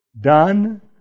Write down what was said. Done